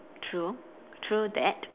true true that